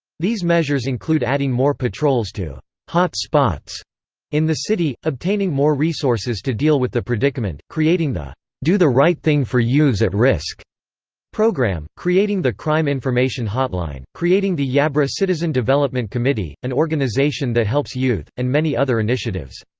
these measures include adding more patrols to hot spots in the city, obtaining more resources to deal with the predicament, creating the do the right thing for youths at risk program, creating the crime information hotline, creating the yabra citizen development committee, an organisation that helps youth, and many other initiatives.